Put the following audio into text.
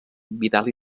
vidal